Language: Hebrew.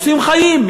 עושים חיים,